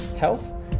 health